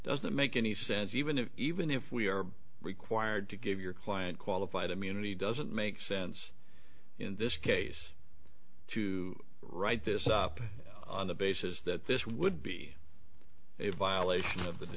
that make any sense even if even if we are required to give your client qualified immunity doesn't make sense in this case to write this up on the basis that this would be a violation of the